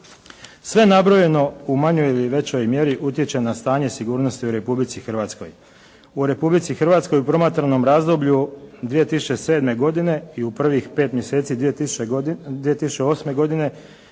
Sve nabrojeno u manjoj ili većoj mjeri utječe na stanje sigurnosti u Republici Hrvatskoj. U Republici Hrvatskoj u promatranom razdoblju 2007. godine i u prvih pet mjeseci 2008. godine,